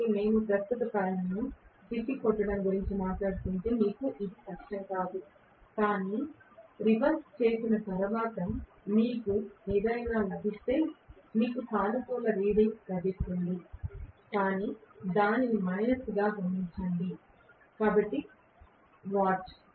కాబట్టి మేము ప్రస్తుత కాయిల్ను తిప్పికొట్టడం గురించి మాట్లాడుతుంటే మీకు ఇది కష్టం కాదు కానీ రివర్స్ చేసిన తర్వాత మీకు ఏమైనా లభిస్తే మీకు సానుకూల పఠనం లభిస్తుంది కాని దానిని మైనస్గా గమనించండి కాబట్టి వాట్